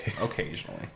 occasionally